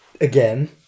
again